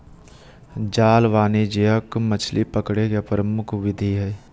जाल वाणिज्यिक मछली पकड़े के प्रमुख विधि हइ